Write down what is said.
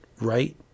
right